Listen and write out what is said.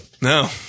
No